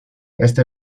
este